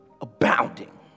abounding